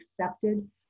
accepted